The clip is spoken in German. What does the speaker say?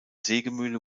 sägemühle